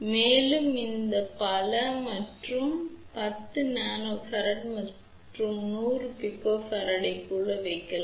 மேலும் இந்த பல மற்றும் நாம் 10 nF மற்றும் 100 pF ஐ கூட வைக்கலாம்